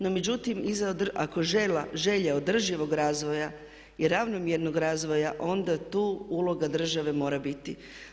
No međutim, ako želje održivog razvoja i ravnomjernog razvoja onda tu uloga države mora biti.